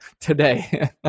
today